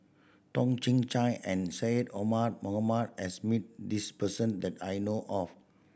Toh Chin Chye and Syed Omar Mohamed has meet this person that I know of